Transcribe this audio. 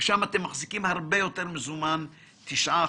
ושם אתם מחזיקים הרבה יותר מזומן 9%,